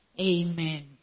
Amen